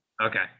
Okay